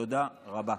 תודה רבה.